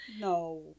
no